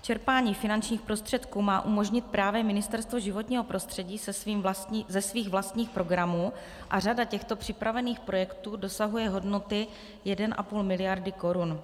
Čerpání finančních prostředků má umožnit právě Ministerstvo životního prostředí ze svých vlastních programů a řada těchto připravených projektů dosahuje hodnoty 1,5 miliardy korun.